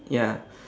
ya